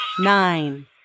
Nine